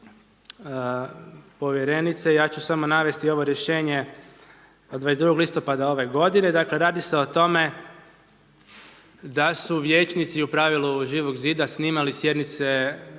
povjerenice ja ću samo navesti ovo rješenje od 22. listopada ove godine, dakle radi se o tome da su vijećnici u pravilu Živog zida snimali sjednice